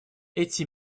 эти